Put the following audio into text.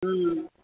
हम्म